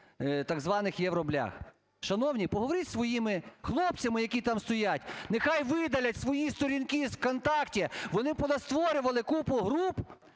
так званих "євроблях". Шановні, поговоріть з своїми хлопцями, які там стоять, нехай видалять свої сторінки з "контактів", вони понастворювали купу груп